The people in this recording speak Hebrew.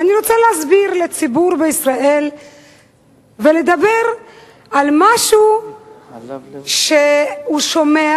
ואני רוצה להסביר לציבור בישראל ולדבר על משהו שהוא שומע,